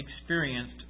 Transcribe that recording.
experienced